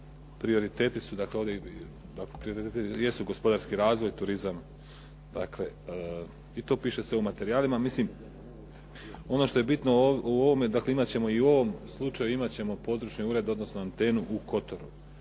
Prioriteti su gospodarski razvoj, turizam i to piše sve u materijalima. Ono što je bitno u ovome, dakle imat ćemo i u ovome slučaju imat ćemo područni ured odnosno antenu u Kotoru.